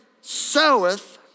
soweth